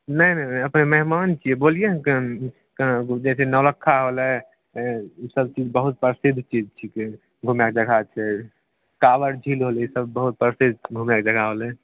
नहि नहि नहि अपने मेहमान छियै बोलिए ने कोन कहांँ जैसे नौलक्खा होलै ऐं ई सब चीज बहुत प्रसिद्ध चीज छिकै घुमै कऽ जगह छै कावर झील होलै ई सब बहुत प्रसिद्ध घुमैकऽ जगह होलै